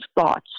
thoughts